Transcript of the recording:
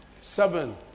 seven